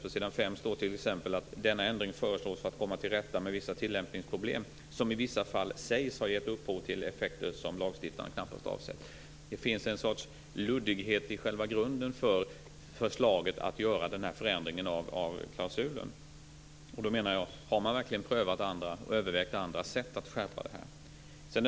På s. 5 står t.ex. att denna "ändring föreslås för att komma till rätta med vissa tillämpningsproblem, som i vissa fall sägs ha gett upphov till effekter som lagstiftaren knappast avsett". Det finns en sorts luddighet i själva grunden för förslaget att göra den här förändringen av klausulen. Då frågar jag: Har man verkligen prövat eller övervägt andra sätt att skärpa det hela?